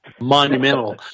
monumental